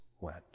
went